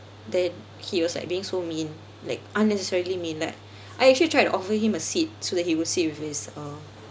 that he was like being so mean like unnecessarily mean like I actually tried to offer him a sit so that he will sit with his um